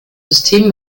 system